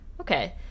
okay